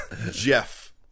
Jeff